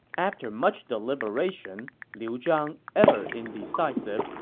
after much deliberation, liu zhang, ever indecisive,